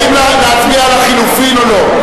האם להצביע על החלופין או לא?